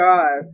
God